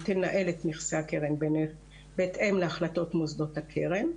היא תנהל את נכסי הקרן בהתאם להחלטות מוסדות הקרן,